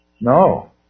no